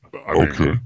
Okay